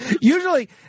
Usually